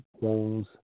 wounds